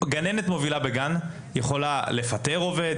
גננת מובילה בגן יכולה לפטר עובד,